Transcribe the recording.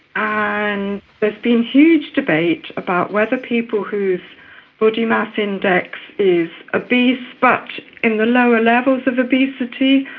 and there's been huge debate about whether people whose body mass index is obese but in the lower levels of obesity,